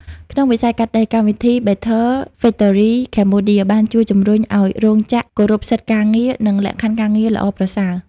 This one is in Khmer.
ក្នុងវិស័យកាត់ដេរ កម្មវិធី Better Factories Cambodia បានជួយជំរុញឱ្យរោងចក្រគោរពសិទ្ធិការងារ និងលក្ខខណ្ឌការងារល្អប្រសើរ។